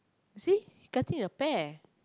you see cutting the pear